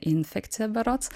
į infekciją berods